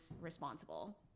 responsible